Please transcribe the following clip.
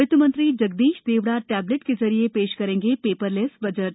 वित मंत्री जगदीश देवड़ा टैबलेट के जरिये ेश करेंगे े रलैस बजट